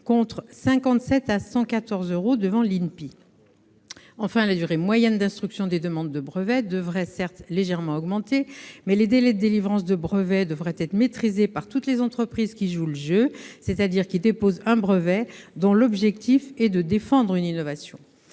contre 57 euros à 114 euros devant l'INPI. Enfin, la durée moyenne d'instruction des demandes de brevet devrait, certes, légèrement augmenter, mais les délais de délivrance de brevets devraient être maîtrisés pour toutes les entreprises qui jouent le jeu, c'est-à-dire celles qui déposent un brevet dont l'objectif est de défendre une innovation.